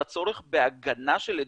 על הצורך בהגנה של עדים,